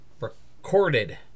recorded